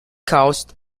coast